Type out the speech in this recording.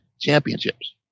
Championships